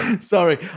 Sorry